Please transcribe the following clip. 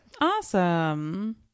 Awesome